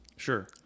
Sure